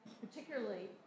particularly